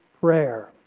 prayer